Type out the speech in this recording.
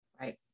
Right